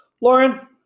Lauren